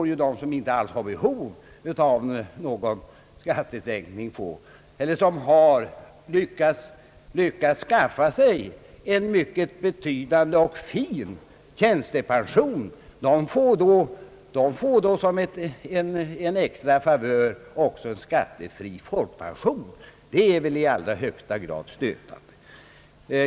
De som inte alls har behov av någon skattesänkning och de som har lyckats skaffa sig en mycket betydande tjänstepension får då som en extra favör också skattefri folkpension. Det är väl i allra högsta grad stötande.